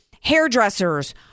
hairdressers